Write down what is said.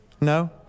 No